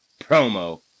promo